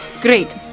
great